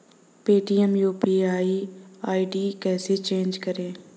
Paytm UPI ID कैसे change करें?